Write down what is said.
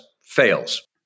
fails